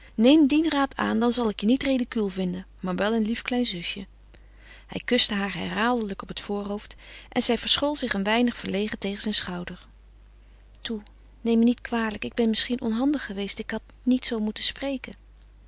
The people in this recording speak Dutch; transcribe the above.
neem dien raad aan dan zal ik je niet ridicuul vinden maar wel een lief klein zusje hij kuste haar herhaaldelijk op het voorhoofd en zij verschool zich een weinig verlegen tegen zijn schouder toe neem me niet kwalijk ik ben misschien onhandig geweest ik had niet zoo moeten spreken